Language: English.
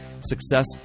success